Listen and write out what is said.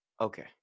Okay